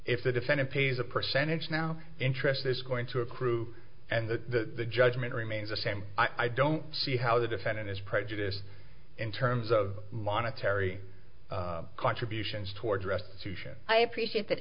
if the defendant pays a percentage now interest is going to accrue and the judgment remains the same i don't see how the defendant is prejudice in terms of monetary contributions towards restitution i appreciate that